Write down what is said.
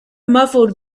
muffled